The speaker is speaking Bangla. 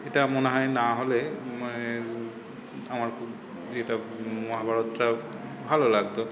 এটা মনে হয় না হলে আমার খুব ইয়েটা মহাভারতটা ভালো লাগত